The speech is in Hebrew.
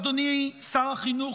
אדוני שר החינוך,